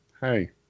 hey